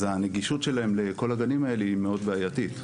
אז הנגישות שלהם לכל הגנים האלה היא מאוד בעיתית,